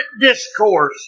discourse